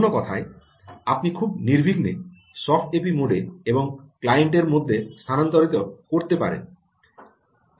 অন্য কথায় আপনি খুব নির্বিঘ্নে সফট এপি মোড এবং ক্লায়েন্টের মধ্যে স্থানান্তর করতে পারেন